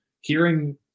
hearing